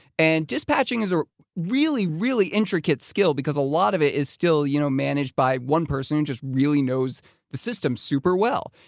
and dispatching is a really, really intricate skill because a lot of it is still you know managed by one person who just really knows the system super well.